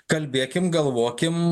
kalbėkim galvokim